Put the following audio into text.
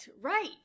Right